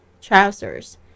Trousers